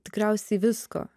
tikriausiai visko